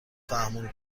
فهموند